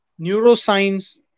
neuroscience